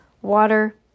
water